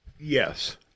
Yes